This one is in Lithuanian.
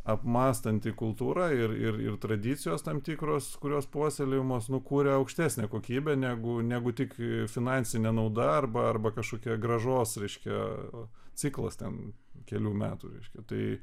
apmąstanti kultūra ir ir tradicijos tam tikros kurios puoselėjamos nu kūrė aukštesnę kokybę negu negu tik finansinė nauda arba arba kažkokia grąžos reiškia ciklas ten kelių metų reiškia tai